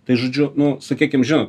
tai žodžiu nu sakykim žinot